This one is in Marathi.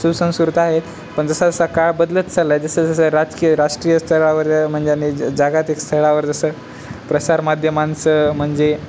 सुसंस्कृत आहेत पण जसं जसा काळ बदलत चालला आहे जसं जसं राजकीय राष्ट्रीय स्थळावर जर म्हणजे ज जागातिक स्थळावर जसं प्रसारमाध्यमांचं म्हणजे